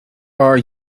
are